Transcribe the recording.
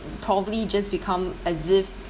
probably just become as if